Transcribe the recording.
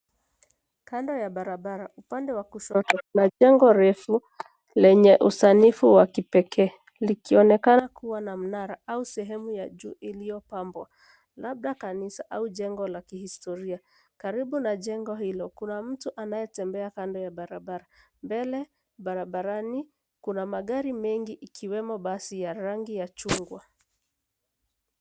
Kando ya barabara, upande wa kushoto, kuna jengo refu lenye usanifu wa kipekee likionekana kuwa na mnara au sehemu ya juu iliyopambwa, labda kanisa au jengo la kihistoria. Karibu na jengo hilo, kuna mtu anayetembea kando ya barabara. Mbele, barabarani kuna magari mengi ikiwemo basi ya rangi ya chungwa.